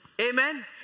Amen